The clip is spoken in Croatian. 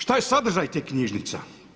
Šta je sadržaj tih knjižnica.